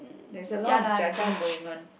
there's a lot of judging going on